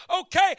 okay